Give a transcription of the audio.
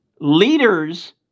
leaders